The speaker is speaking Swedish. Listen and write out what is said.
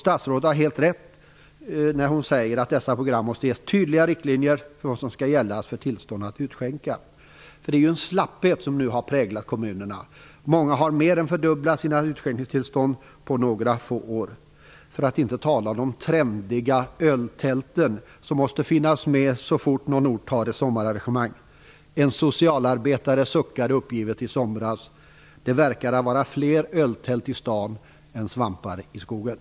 Statsrådet har helt rätt när hon säger att dessa program måste ge tydliga riktlinjer för vad som skall gälla för utskänkningstillstånd. Det är slapphet som nu har präglat kommunerna. Många har på några få år mer än fördubblat antalet utskänkningstillstånd, för att inte tala om de trendiga öltälten som måste finnas med så fort någon ort har ett sommararrangemang. En socialarbetare suckade uppgivet i somras: Det verkar att vara fler öltält i stan än svampar i skogen.